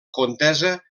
contesa